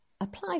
apply